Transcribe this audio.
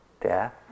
death